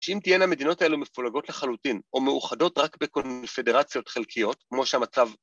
‫שאם תהיינה המדינות האלו ‫מפולגות לחלוטין ‫או מאוחדות רק בקונפדרציות חלקיות, ‫כמו שהמצב...